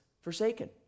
forsaken